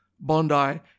bondi